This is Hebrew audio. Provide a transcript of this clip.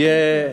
יהיה,